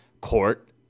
court